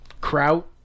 kraut